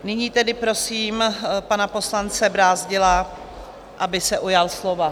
Nyní tedy prosím pana poslance Brázdila, aby se ujal slova.